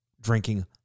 drinking